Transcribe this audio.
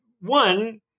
one